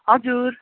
हजुर